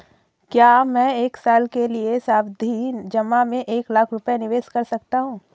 क्या मैं एक साल के लिए सावधि जमा में एक लाख रुपये निवेश कर सकता हूँ?